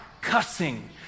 cussing